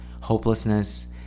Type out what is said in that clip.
hopelessness